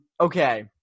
okay